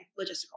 logistical